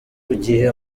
gihe